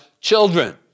children